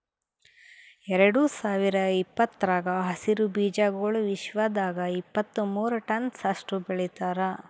ಎರಡು ಸಾವಿರ ಇಪ್ಪತ್ತರಾಗ ಹಸಿರು ಬೀಜಾಗೋಳ್ ವಿಶ್ವದಾಗ್ ಇಪ್ಪತ್ತು ಮೂರ ಟನ್ಸ್ ಅಷ್ಟು ಬೆಳಿತಾರ್